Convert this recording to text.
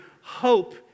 hope